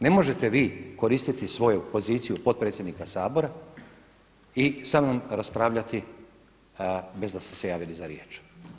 Ne možete vi koristiti svoju poziciju potpredsjednika Sabora i samnom raspravljati bez da ste se javili za riječ.